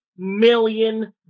million